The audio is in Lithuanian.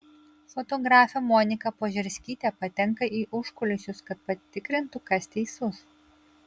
fotografė monika požerskytė patenka į užkulisius kad patikrintų kas teisus